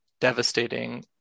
devastating